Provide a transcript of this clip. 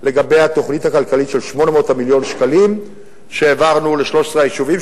לגבי התוכנית הכלכלית של 800 מיליון השקלים שהעברנו ל-13 היישובים.